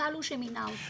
המנכ"ל הוא שמינה אותה.